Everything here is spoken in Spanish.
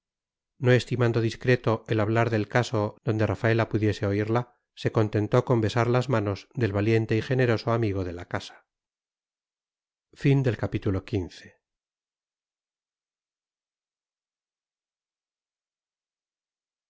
no estimando discreto el hablar del caso donde rafaela pudiese oírla se contentó con besar las manos del valiente y generoso amigo de la casa obediente